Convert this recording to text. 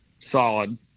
Solid